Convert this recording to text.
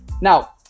now